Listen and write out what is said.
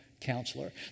counselor